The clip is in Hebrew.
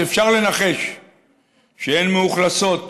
אז אפשר לנחש שהן מאוכלסות